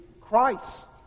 Christ